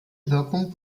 wirkung